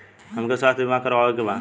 हमके स्वास्थ्य बीमा करावे के बा?